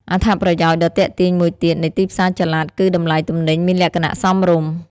អត្ថប្រយោជន៍ដ៏ទាក់ទាញមួយទៀតនៃទីផ្សារចល័តគឺតម្លៃទំនិញមានលក្ខណៈសមរម្យ។